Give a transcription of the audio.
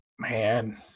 Man